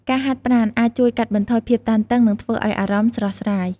ការហាត់ប្រាណអាចជួយកាត់បន្ថយភាពតានតឹង និងធ្វើឲ្យអារម្មណ៍ស្រស់ស្រាយ។